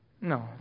No